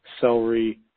celery